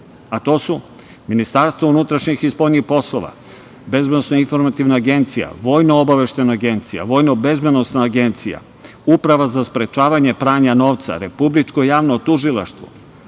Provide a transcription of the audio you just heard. poslova, Ministarstvo spoljnih poslova, Bezbednosno-informativna agencija, Vojnoobaveštajna agencija, Vojnobezbednosna agencija, Uprava za sprečavanje pranja novca, Republičko javno tužilaštvo,